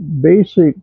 basic